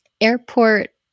airport